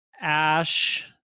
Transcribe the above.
Ash